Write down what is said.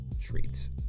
treats